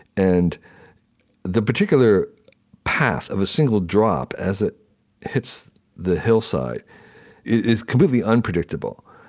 and the particular path of a single drop as it hits the hillside is completely unpredictable.